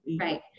Right